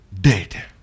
dead